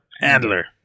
Handler